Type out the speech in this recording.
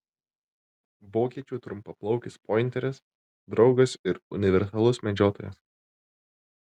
vokiečių trumpaplaukis pointeris draugas ir universalus medžiotojas